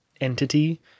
entity